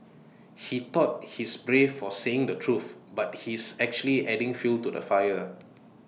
he thought he's brave for saying the truth but he's actually adding fuel to the fire